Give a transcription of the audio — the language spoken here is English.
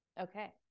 Okay